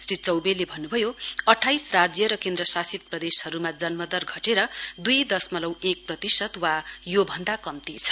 श्री चौबेले भन्नुभएको छ अठाइस राज्य र केन्द्रशासित प्रदेशहरुमा जन्मदर घटेर दुई दशमलउ एक प्रतिशत वा यो भन्दा कम्ती छ